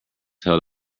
held